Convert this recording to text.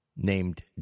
Named